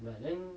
but then